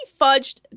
fudged